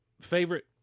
favorite